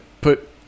put